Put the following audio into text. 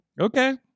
Okay